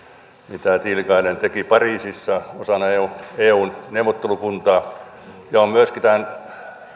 mitä tiilikainen teki pariisissa osana eun eun neuvottelukuntaa ja myöskin tämän